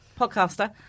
Podcaster